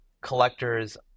collectors